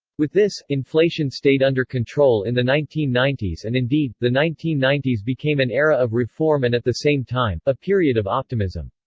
with this, inflation stayed under control control in the nineteen ninety s and indeed, the nineteen ninety s became an era of reform and at the same time, a period of optimism.